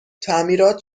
تعمیرات